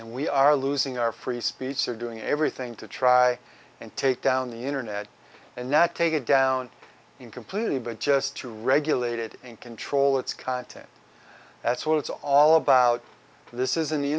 nd we are losing our free speech they're doing everything to try and take down the internet and not take it down completely but just to regulate it and control its content that's what it's all about this isn't the